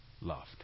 loved